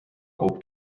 kulub